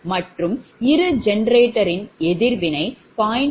1 மற்றும் இரு ஜெனரேட்டர் எதிர்வினை 0